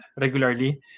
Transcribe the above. regularly